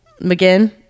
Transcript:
mcginn